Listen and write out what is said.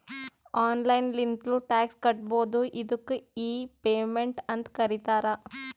online ಲಿಂತ್ನು tax ಕಟ್ಬೋದು ಅದ್ದುಕ್ ಇ ಪೇಮೆಂಟ್ ಅಂತ್ ಕರೀತಾರ